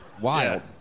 Wild